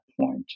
point